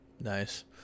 Nice